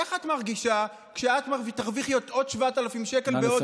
איך את מרגישה כשאת תרוויחי עוד 7,000 שקל בעוד,